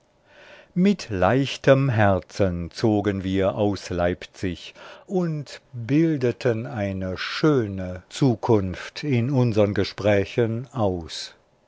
mit leichtem herzen zogen wir aus leipzig und bildeten eine schöne zukunft in unsern gesprächen aus